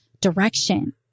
direction